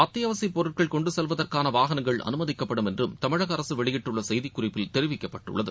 அத்தியாவசிய பொருட்கள் கொண்டு செல்வதற்கான வாகனங்கள் அனுமதிக்கப்படும் என்றும் தமிழக அரசு வெளியிட்டுள்ள செய்தி குறிப்பில் தெரிவிக்கப்பட்டுள்ளது